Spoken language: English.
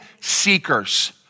seekers